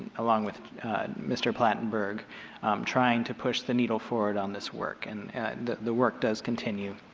along with mr. platenburg trying to push the needle forward on this work. and the the work does continue.